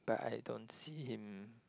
but I don't see him